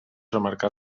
remarcar